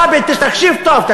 רבין, אף אחד לא אמר דבר כזה מעולם.